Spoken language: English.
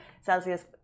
Celsius